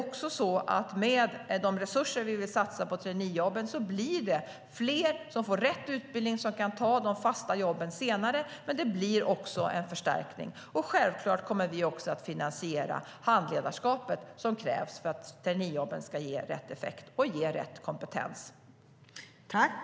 Med de resurser som vi vill satsa på traineejobben blir det fler som får rätt utbildning och som kan ta de fasta jobben senare. Men det blir också en förstärkning.